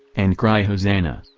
and cry hosannah.